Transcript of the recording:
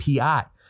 API